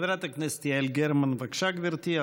חברת הכנסת יעל גרמן, בבקשה, גברתי.